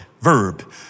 verb